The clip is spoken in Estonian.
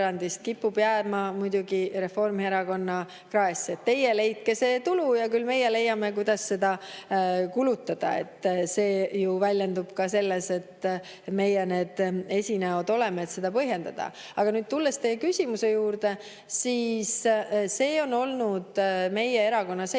kipub jääma muidugi Reformierakonna kraesse. Teie leidke see tulu ja küll me leiame, kuidas seda kulutada. See ju väljendub ka selles, et meie need esinäod oleme, et seda põhjendada. Aga tulen nüüd teie küsimuse juurde. Meie erakonna seisukoht